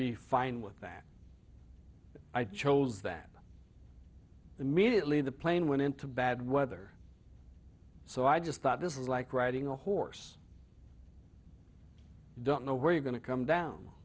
be fine with that i chose that immediately the plane went into bad weather so i just thought this is like riding a horse don't know where you're going to come down